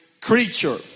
creature